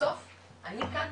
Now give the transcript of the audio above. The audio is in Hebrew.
בסוף אני כאן,